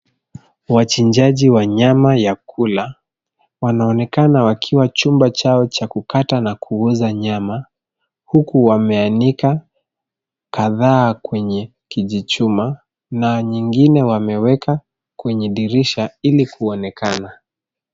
Wachinjaji wa nyama ya kula wanaonekana wakiwa chumba chao cha kukata na kuuza nyama huku wameanika kadhaa kwenye kijichuma na nyingine wameweka kwenye dirisha ili kuonekana.